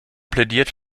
plädiert